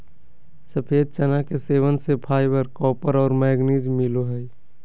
सफ़ेद चना के सेवन से फाइबर, कॉपर और मैंगनीज मिलो हइ